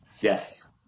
Yes